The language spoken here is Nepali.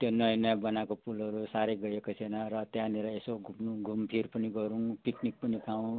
त्यो नयाँ नयाँ बनाएको पुलहरू साह्रै गइएको छैन र त्यहाँनिर यसो घुम् घुमफिर पनि गरौँ पिकनिक पनि खाउँ